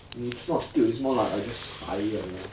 mm it's not tilt it's more like I just tired lah